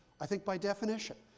i think by definition,